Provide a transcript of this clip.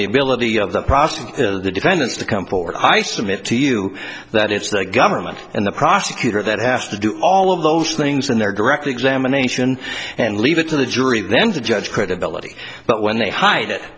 the ability of the process of the defendants to come forward i submit to you that it's the government and the prosecutor that has to do all of those things and they're directly examination and leave it to the jury then to judge credibility but when they hide it